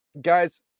Guys